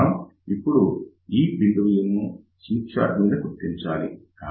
మనం ఇప్పుడు ఈ యొక్క బిందువును స్మిత్ చార్ట్ మీద గుర్తించాలి